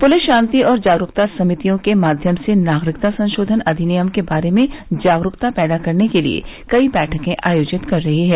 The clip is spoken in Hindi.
पुलिस शांति और जागरूकता समितियों के माध्यम से नागरिकता संशोधन अधिनियम के बारे में जागरूकता पैदा करने के लिए कई बैठकें आयोजित कर रही है